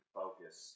focus